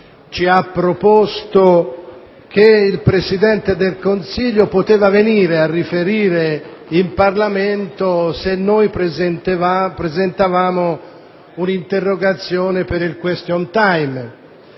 riferito che il Presidente del Consiglio poteva venire a riferire in Parlamento se noi avessimo presentato un'interrogazione per il *question time,*